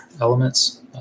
elements